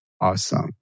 Awesome